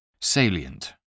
Salient